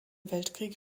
weltkrieg